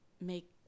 make